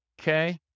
Okay